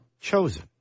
chosen